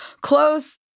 close